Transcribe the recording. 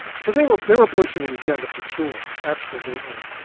so they were they were pushing an agenda for sure. absolutely.